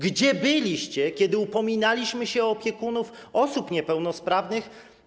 Gdzie byliście, kiedy upominaliśmy się o opiekunów osób niepełnosprawnych?